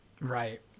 Right